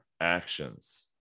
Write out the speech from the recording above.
actions